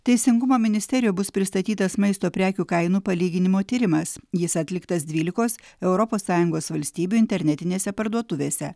teisingumo ministerijoj bus pristatytas maisto prekių kainų palyginimo tyrimas jis atliktas dvylikos europos sąjungos valstybių internetinėse parduotuvėse